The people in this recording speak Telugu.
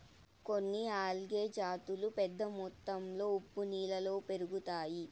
కొన్ని ఆల్గే జాతులు పెద్ద మొత్తంలో ఉప్పు నీళ్ళలో పెరుగుతాయి